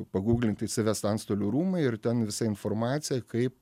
pagūglinti įsivest antstolių rūmai ir ten visa informacija kaip